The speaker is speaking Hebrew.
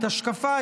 השקפה,